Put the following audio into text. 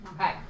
Okay